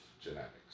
genetics